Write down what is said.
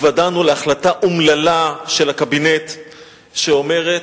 התוודענו להחלטה אומללה של הקבינט שאומרת: